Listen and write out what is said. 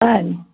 ಹಾಂ ರೀ